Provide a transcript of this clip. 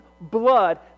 blood